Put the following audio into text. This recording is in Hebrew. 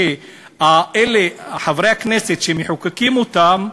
חברי הכנסת שמחוקקים אותם,